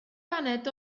baned